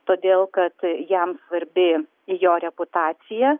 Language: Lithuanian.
todėl kad jam svarbi jo reputacija